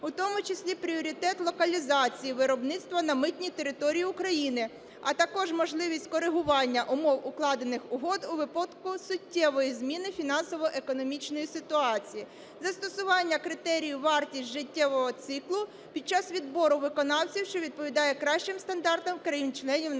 у тому числі пріоритет локалізації виробництва на митній території України, а також можливість корегування умов укладених угод у випадку суттєвої зміни фінансово-економічної ситуації; застосування критерію "вартість життєвого циклу" під час відбору виконавців, що відповідає кращим стандартам країн-членів НАТО